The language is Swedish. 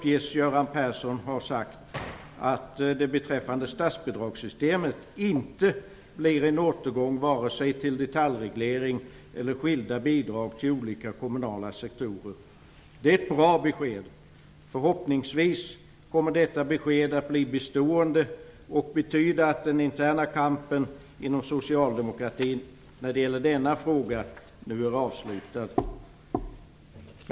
Göran Persson ha sagt att det beträffande statsbidragssystemet inte blir en återgång vare sig till detaljreglering eller skilda bidrag till olika kommunala sektorer. Det är ett bra besked. Förhoppningsvis kommer detta besked att bli bestående och betyda att den interna kampen inom Socialdemokraterna när det gäller denna fråga nu är avslutad.